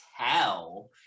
tell